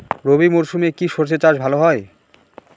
রবি মরশুমে কি সর্ষে চাষ ভালো হয়?